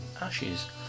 ashes